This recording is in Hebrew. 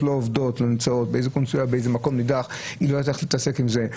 יש קונסוליה שנמצאת באיזה מקום נידח והיא לא יודעת איך להתעסק בזה.